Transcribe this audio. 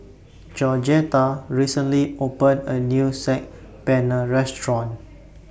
Georgetta recently opened A New Saag Paneer Restaurant